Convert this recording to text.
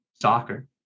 soccer